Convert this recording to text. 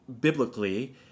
biblically –